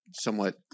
somewhat